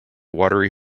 watery